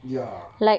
ya